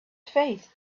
faith